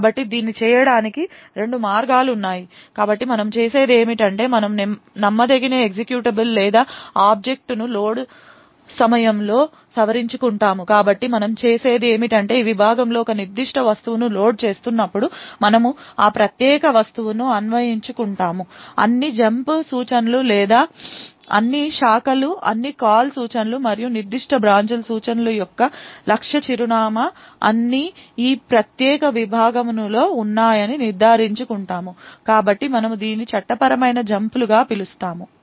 కాబట్టి దీన్ని చేయడానికి రెండు మార్గాలు ఉన్నాయి కాబట్టి మనము చేసేది ఏమిటంటే మనము నమ్మదగని ఎక్జిక్యూటబుల్ లేదా ఆబ్జెక్ట్ ను లోడ్ సమయంలో సవరించుకుంటాము కాబట్టి మనము చేసేది ఏమిటంటే ఈ విభాగమునులో ఒక నిర్దిష్ట వస్తువును లోడ్ చేసేటప్పుడు మనము ఆ ప్రత్యేక వస్తువును అన్వయించుకుంటాము అన్ని జంప్ సూచనలు లేదా అన్ని శాఖలు అన్ని కాల్ సూచనలు మరియు నిర్దిష్ట బ్రాంచ్ సూచనల యొక్క లక్ష్య చిరునామా అన్నీ ఈ ప్రత్యేక విభాగమునులో ఉన్నాయని నిర్ధారించు కుంటాము కాబట్టి మనము దీనిని చట్టపరమైన జంప్లుగా పిలుస్తాము